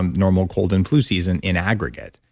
um normal cold and flu season in aggregate?